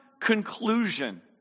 conclusion